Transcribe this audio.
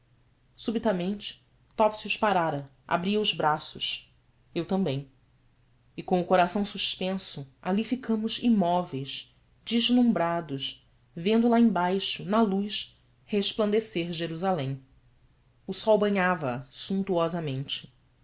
subitamente topsius parara abria os braços eu também e com o coração suspenso ali ficamos imóveis deslumbrados vendo lá embaixo na luz resplandecer jerusalém o sol banhava a